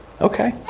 Okay